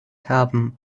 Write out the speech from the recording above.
haben